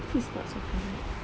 he's not so funny